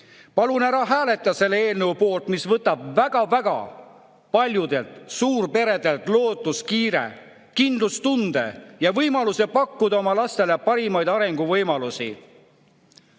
palun ära hääleta selle eelnõu poolt, mis võtab väga-väga paljudelt suurperedelt lootuskiire, kindlustunde ja võimaluse pakkuda oma lastele parimaid arenguvõimalusi.